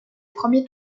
premiers